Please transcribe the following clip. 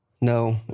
No